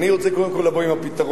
אני רוצה קודם כול לבוא עם הפתרון.